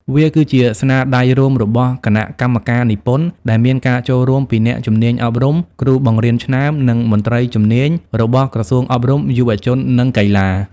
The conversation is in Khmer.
វាគឺជាស្នាដៃរួមរបស់ គណៈកម្មការនិពន្ធ ដែលមានការចូលរួមពី អ្នកជំនាញអប់រំ គ្រូបង្រៀនឆ្នើម និង មន្ត្រីជំនាញ របស់ក្រសួងអប់រំ យុវជន និងកីឡា។